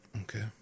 Okay